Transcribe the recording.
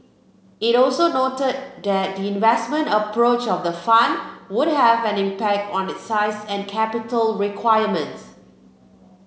it also noted that the investment approach of the fund would have an impact on its size and capital requirements